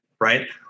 right